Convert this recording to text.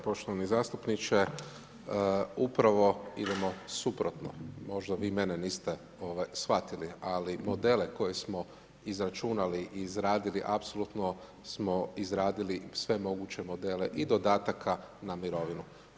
Poštovani zastupniče, upravo idemo suprotno, možda vi mene niste shvatili ali modele koje smo izračunali i izradili apsolutno smo izradili sve moguće modele i dodataka na mirovinu.